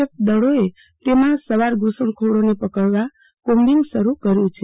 F દળોએ તેમાં સવાર ધુસણખોરોને પકડવા કોમ્બિંગ શરૂ કર્યુ છે